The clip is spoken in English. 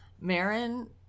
Marin